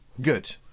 Good